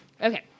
Okay